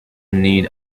need